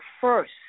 first